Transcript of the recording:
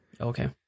Okay